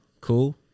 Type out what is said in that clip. cool